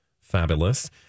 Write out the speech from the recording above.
fabulous